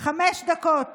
חמש דקות